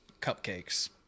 cupcakes